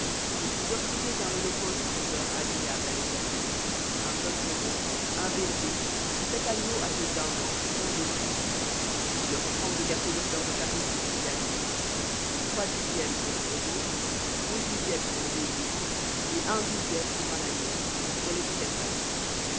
et vous offrirez un holocauste en odeur agréable à l'éternel un jeune taureau un bélier sept agneaux âgés d'un an sans défaut et leur offrande de gâteau de fleur de farine pétrie à l'huile trois dixièmes pour le taureau deux dixièmes pour le bélier et un dixième pour un agneau pour les sept agneaux